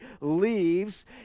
leaves